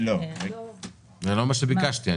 זה לא מה שביקשתי.